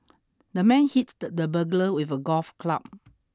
the man hit the burglar with a golf club